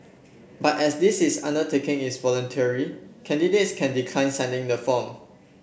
but as this is undertaking is voluntary candidates can decline signing the form